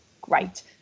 Great